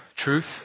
truth